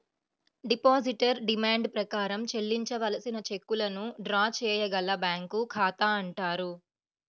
depositor demand ప్రకారం చెల్లించవలసిన చెక్కులను డ్రా చేయగల బ్యాంకు ఖాతా అంటారు